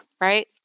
right